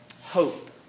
Hope